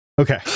Okay